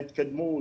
ההתקדמות,